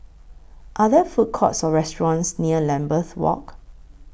Are There Food Courts Or restaurants near Lambeth Walk